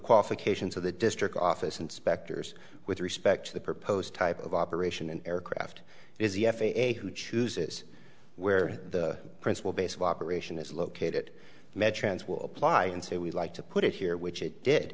qualifications of the district office inspectors with respect to the proposed type of operation an aircraft is the f a a who chooses where the principal base of operation is located met trans will apply and so we like to put it here which it did